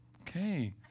okay